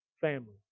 family